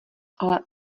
ale